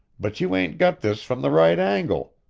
but you ain't got this from the right angle.